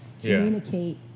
communicate